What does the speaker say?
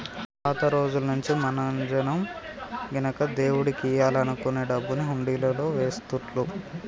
పాత రోజుల్నుంచీ మన జనం గినక దేవుడికియ్యాలనుకునే డబ్బుని హుండీలల్లో వేస్తుళ్ళు